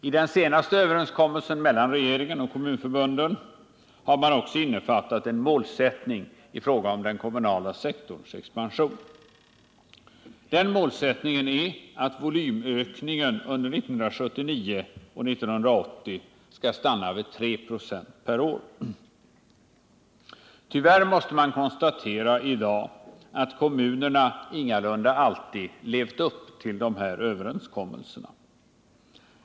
I den senaste överenskommelsen mellan regeringen och kommunförbunden har man också innefattat en målsättning i fråga om den kommunala sektorns expansion. Den målsättningen är att volymökningen under 1979 och 1980 skall stanna vid 3 96 per år. Tyvärr måste man i dag konstatera att kommunerna ingalunda alltid levt upp till de här överenskommelserna.